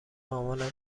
مامانم